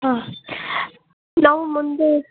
ಹಾಂ ನಾವು ಮುಂದೆ